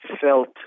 felt